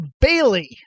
Bailey